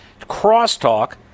crosstalk